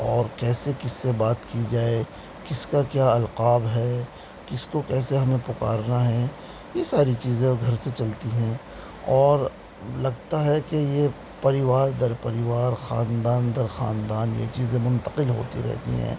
اور کیسے کس سے بات کی جائے کس کا کیا القاب ہے کس کو کیسے ہمیں پکارنا ہے یہ ساری چیزیں وہ گھر سے چلتی ہیں اور لگتا ہے کہ یہ پریوار در پریوار خاندان در خاندان یہ چیزیں منتقل ہوتی رہتی ہیں